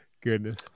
Goodness